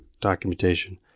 documentation